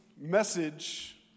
message